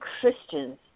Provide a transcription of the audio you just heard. Christians